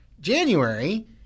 January